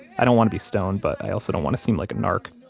i don't want to be stoned, but i also don't want to seem like a narc,